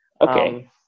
Okay